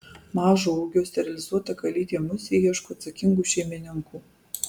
mažo ūgio sterilizuota kalytė musė ieško atsakingų šeimininkų